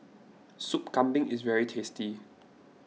Sop Kambing is very tasty